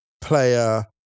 Player